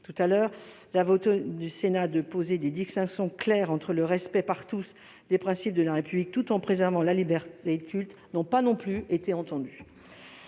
l'article 18, la volonté du Sénat de poser des distinctions claires permettant le respect par tous des principes de la République, tout en préservant la liberté de culte, n'a pas été entendue.